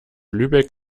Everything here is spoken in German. lübeck